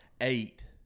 eight